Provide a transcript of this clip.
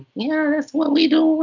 you know that's what we do.